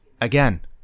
again